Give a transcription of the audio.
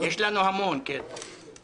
סיעת כחול לבן שני חברים: איתן גינזבורג,